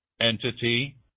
entity